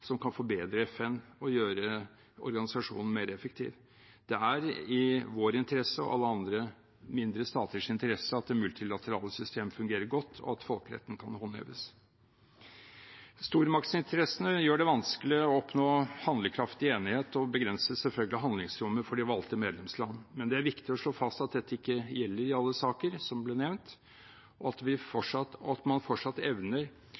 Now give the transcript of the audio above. som kan forbedre FN og gjøre organisasjonen mer effektiv. Det er i vår og alle andre mindre staters interesse at det multilaterale systemet fungerer godt, og at folkeretten kan håndheves. Stormaktsinteressene gjør det vanskelig å oppnå handlekraftig enighet og begrenser selvfølgelig handlingsrommet for de valgte medlemslandene, men det er viktig å slå fast at dette ikke gjelder i alle saker, som det ble nevnt, og at man fortsatt evner